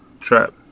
trap